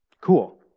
Cool